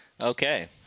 Okay